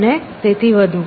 અને તેથી વધુ